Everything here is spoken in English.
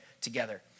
together